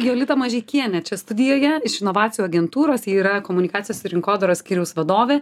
jolita mažeikienė čia studijoje iš inovacijų agentūros ji yra komunikacijos ir rinkodaros skyriaus vadovė